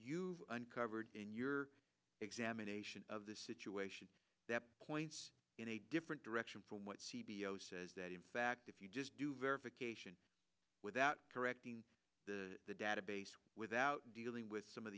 you've uncovered in your examination of the situation that points in a different direction from what c b s says that in fact if you just do verification without correcting the database without dealing with some of